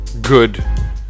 good